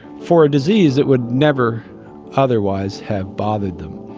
for a disease that would never otherwise have bothered them.